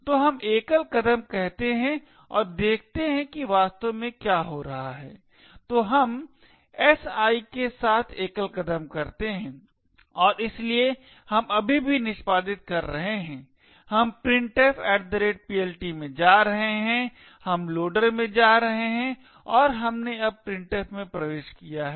तो हम एकल कदम कहते हैं और देखते हैं कि वास्तव में क्या हो रहा है तो हम si के साथ एकल कदम है और इसलिए हम अभी भी निष्पादित कर रहे हैं हम PrintfPLT में जा रहे हैं हम लोडर में जा रहे हैं और हमने अब printf में प्रवेश किया है